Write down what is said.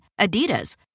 Adidas